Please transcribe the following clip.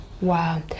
Wow